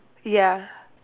ya